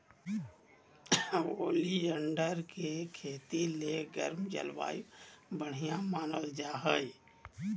oleander के खेती ले गर्म जलवायु बढ़िया मानल जा हय